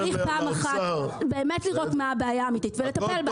צריך פעם אחת באמת לראות מה הבעיה האמיתית ולטפל בה.